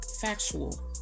Factual